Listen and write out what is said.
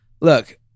Look